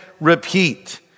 repeat